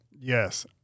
Yes